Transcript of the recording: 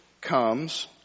comes